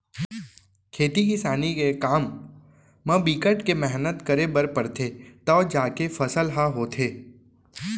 खेती किसानी के काम म बिकट के मेहनत करे बर परथे तव जाके फसल ह होथे